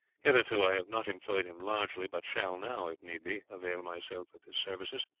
hitherto i have not employed him largely, but shall now, if need be, avail myself of his services.